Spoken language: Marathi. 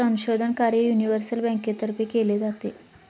संशोधन कार्यही युनिव्हर्सल बँकेतर्फे केले जाते